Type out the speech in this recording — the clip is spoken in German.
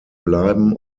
bleiben